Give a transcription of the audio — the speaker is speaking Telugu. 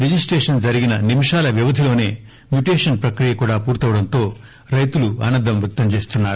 రిజిస్పేషన్ జరిగిన నిమిషాల వ్యవధి లోసే మ్యుటేషన్ ప్రక్రియ కూడా పూర్తవడంతో రైతులు ఆనందం వ్యక్తం చేస్తున్నారు